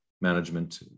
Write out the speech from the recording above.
management